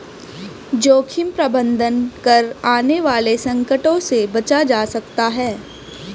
जोखिम प्रबंधन कर आने वाले संकटों से बचा जा सकता है